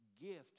gift